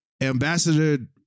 Ambassador